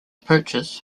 purchase